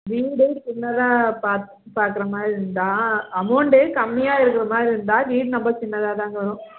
வீடே சின்னதாக பாக் பார்க்குற மாதிரி இருந்தால் அமௌண்டே கம்மியாக இருக்கிற மாதிரி இருந்த வீடு ரொம்ப சின்னதாக தாங்க வரும்